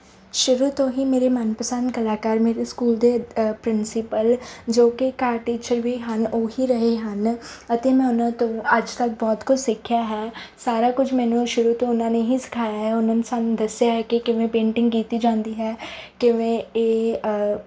ਸ਼ੁਰੂ ਤੋਂ ਹੀ ਮੇਰੇ ਮਨ ਪਸੰਦ ਕਲਾਕਾਰ ਮੇਰੇ ਸਕੂਲ ਦੇ ਪ੍ਰਿੰਸੀਪਲ ਜੋ ਕਿ ਕਾਰ ਟੀਚਰ ਵੀ ਹਨ ਉਹੀ ਰਹੇ ਹਨ ਅਤੇ ਮੈਂ ਉਹਨਾਂ ਤੋਂ ਅੱਜ ਤੱਕ ਬਹੁਤ ਕੁਝ ਸਿੱਖਿਆ ਹੈ ਸਾਰਾ ਕੁਝ ਮੈਨੂੰ ਸ਼ੁਰੂ ਤੋਂ ਉਹਨਾਂ ਨੇ ਹੀ ਸਿਖਾਇਆ ਹੈ ਉਹਨਾਂ ਨੂੰ ਸਾਨੂੰ ਦੱਸਿਆ ਹੈ ਕਿ ਕਿਵੇਂ ਪੇਂਟਿੰਗ ਕੀਤੀ ਜਾਂਦੀ ਹੈ ਕਿਵੇਂ ਇਹ